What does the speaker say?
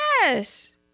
Yes